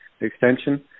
extension